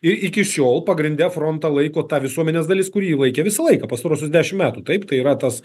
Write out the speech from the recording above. ir iki šiol pagrinde frontą laiko ta visuomenės dalis kuri jį laikė visą laiką pastaruosius dešim metų taip tai yra tas